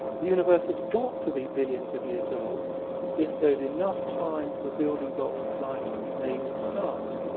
the universe has got to be billions of years old if there is enough time for the building blocks of life to be made in the stars,